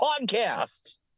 Podcast